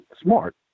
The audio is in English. smart